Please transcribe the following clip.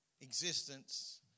existence